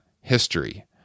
history